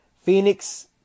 Phoenix